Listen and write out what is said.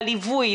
הליווי,